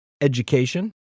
education